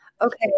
okay